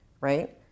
right